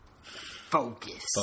focus